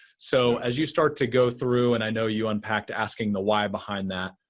so, as you start to go through and i know you unpacked asking the why behind that,